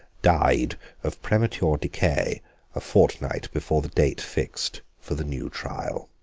died of premature decay a fortnight before the date fixed for the new trial.